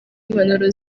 impanuro